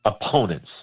opponents